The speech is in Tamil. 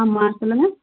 ஆமாம் சொல்லுங்கள்